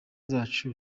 zacu